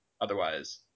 otherwise